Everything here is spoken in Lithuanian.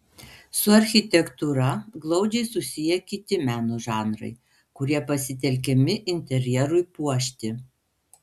su architektūra glaudžiai susiję kiti meno žanrai kurie pasitelkiami interjerui puošti